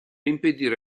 impedire